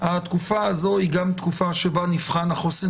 התקופה הזאת היא גם תקופה שבה נבחן החוסן